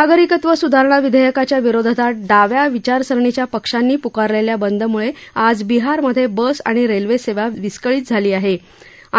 नागरिकत्व स्धारणा विध्वकाच्या विरोधात डाव्या विचारसरणीच्या पक्षांनी प्कारलास्या बंद म्ळा आज बिहारमधा बस आणि रास्व सव्व विस्कळीत झाली आह